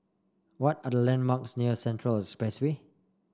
what are the landmarks near Central Expressway